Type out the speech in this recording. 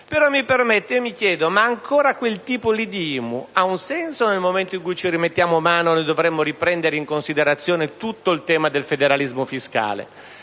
Mi permetto però di chiedere: ma quel tipo di IMU ha ancora senso nel momento in cui ci rimettiamo mano e dovremo riprendere in considerazione tutto il tema del federalismo fiscale,